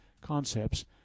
concepts